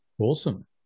Awesome